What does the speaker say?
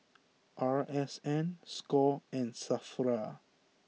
R S N score and Safra